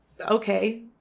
Okay